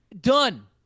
Done